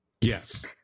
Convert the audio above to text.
yes